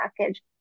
package